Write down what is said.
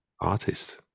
artist